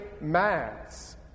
Mass